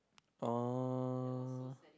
oh